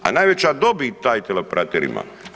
A najveću dobit taj teleoperater ima.